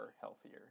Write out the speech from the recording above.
healthier